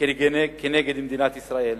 כנגד מדינת ישראל.